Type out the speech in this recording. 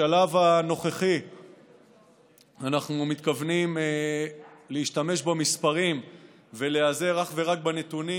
בשלב הנוכחי אנחנו מתכוונים להשתמש במספרים ולהיעזר אך ורק בנתונים